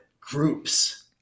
groups